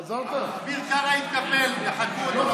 אביר קארה התקפל, דחקו אותו.